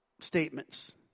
statements